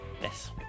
Yes